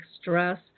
stress